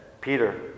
Peter